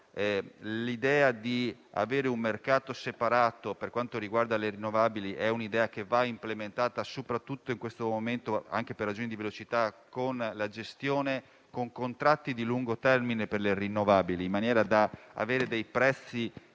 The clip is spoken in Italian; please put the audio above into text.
L'idea di avere un mercato separato per quanto riguarda le rinnovabili è un'idea che va implementata, soprattutto in questo momento, anche per ragioni di velocità, con contratti di lungo termine per le rinnovabili, in modo tale da avere dei prezzi garantiti